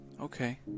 Okay